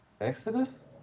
Exodus